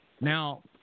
Now